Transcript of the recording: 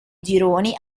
gironi